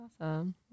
awesome